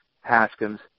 Haskins